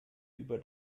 über